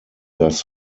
das